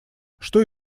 что